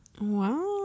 Wow